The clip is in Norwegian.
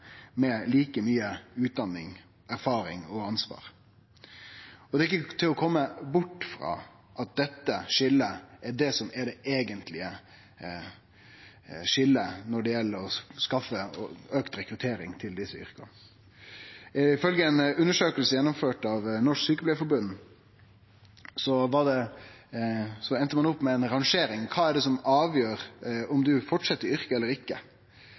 med like mykje utdanning, erfaring og ansvar. Det er ikkje til å kome bort frå at dette skiljet er det som er det eigentlege skiljet når det gjeld å auke rekrutteringa til desse yrka. Ifølgje ei undersøking gjennomført av Norsk Sykepleierforbund enda ein opp med ei rangering av kva som avgjer om ein fortset i yrket eller ikkje.